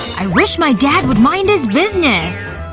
i wish my dad would mind his business.